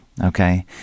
Okay